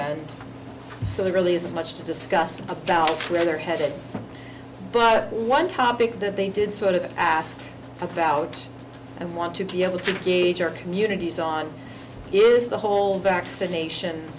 you so there really isn't much to discuss where they're headed but one topic that they did sort of asked about and want to be able to engage our communities on is the whole vaccination